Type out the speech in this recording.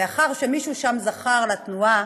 מאחר שמישהו שם זכר לתנועה